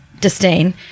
disdain